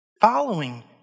Following